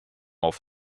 off